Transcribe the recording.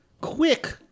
quick